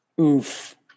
Oof